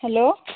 hello